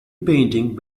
painting